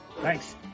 Thanks